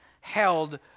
held